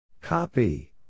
Copy